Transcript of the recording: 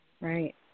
right